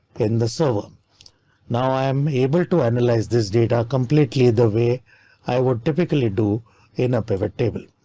in the silem now i am able to analyze this data completely the way i would typically do in a pivot table.